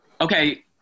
okay